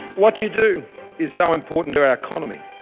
what you do is so important to our economy.